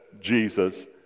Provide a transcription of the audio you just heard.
Jesus